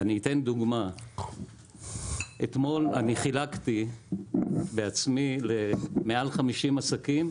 ואני אתן דוגמה: אתמול אני חילקתי בעצמי פרח למעל 50 עסקים,